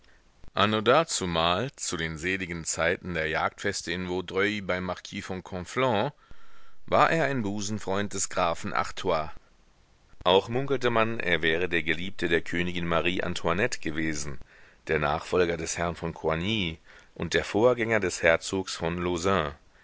dazumal zu den seligen zeiten der jagdfeste in vaudreuil beim marquis von conflans war er ein busenfreund des grafen artois auch munkelte man er wäre der geliebte der königin marie antoinette gewesen der nachfolger des herrn von coigny und der vorgänger des herzogs von